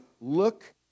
look